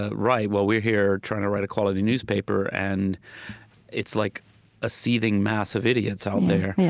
ah right. well, we're here trying to write a quality newspaper, and it's like a seething mass of idiots out there. yeah